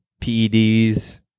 PEDs